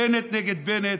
בנט נגד בנט,